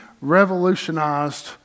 revolutionized